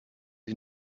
ich